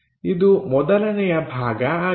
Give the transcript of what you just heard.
ಇದು ಮೊದಲನೆಯ ಭಾಗ ಆಗಿದೆ